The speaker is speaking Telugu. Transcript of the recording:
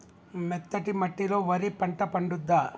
మెత్తటి మట్టిలో వరి పంట పండుద్దా?